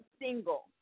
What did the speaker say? single